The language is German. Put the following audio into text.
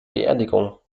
beerdigung